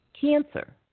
cancer